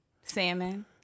Salmon